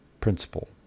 principle